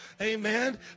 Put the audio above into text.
Amen